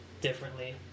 differently